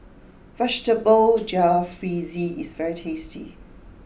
Vegetable Jalfrezi is very tasty